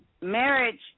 marriage